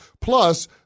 Plus